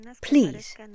Please